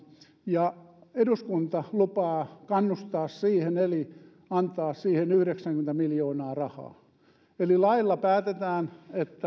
ja eduskunta lupaa kannustaa siihen eli antaa siihen yhdeksänkymmentä miljoonaa rahaa eli lailla päätetään